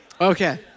Okay